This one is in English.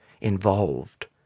involved